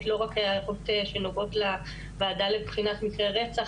לא רק הערות שנוגעות לוועדה לבחינת מקרי רצח,